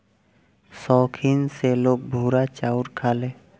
सौखीन से लोग भूरा चाउर खाले